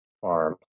farms